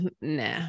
nah